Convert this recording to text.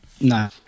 No